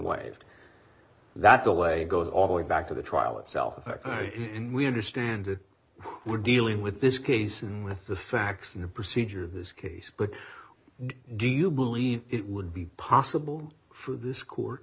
waived that the way it goes all the way back to the trial itself if we understand who we're dealing with this case and with the facts and procedure this case but what do you believe it would be possible for this court